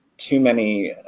too many.